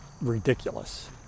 ridiculous